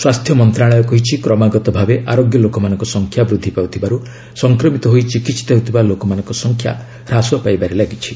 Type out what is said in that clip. ସ୍ୱାସ୍ଥ୍ୟ ମନ୍ତ୍ରଣାଳୟ କହିଛି କ୍ରମାଗତ ଭାବେ ଆରୋଗ୍ୟ ଲୋକମାନଙ୍କ ସଂଖ୍ୟା ବୃଦ୍ଧି ପାଉଥିବାର୍ ସଂକ୍ରମିତ ହୋଇ ଚିକିହିତ ହେଉଥିବା ଲୋକମାନଙ୍କ ସଂଖ୍ୟା ହ୍ରାସ ପାଇବାରେ ଲାଗିଛି